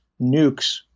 nukes